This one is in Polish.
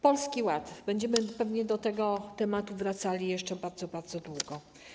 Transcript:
Polski Ład - będziemy pewnie do tego tematu wracali jeszcze bardzo, bardzo długo.